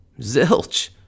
zilch